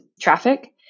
traffic